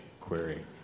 query